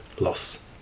loss